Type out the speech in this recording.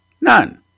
none